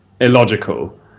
illogical